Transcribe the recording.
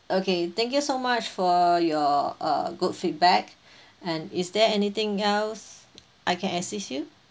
okay thank you so much for your uh good feedback and is there anything else I can assist you